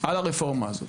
על הרפורמה הזאת.